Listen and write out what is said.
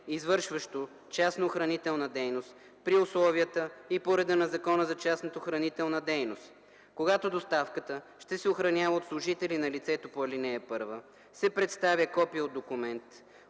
извършващо частна охранителна дейност при условията и по реда на Закона за частната охранителна дейност; когато доставката ще се охранява от служители на лицето по ал. 1, се представя копие от документ,